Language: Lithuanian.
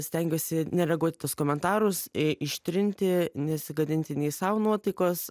stengiuosi nereaguot į tuos komentarus ištrinti nesigadinti nei sau nuotaikos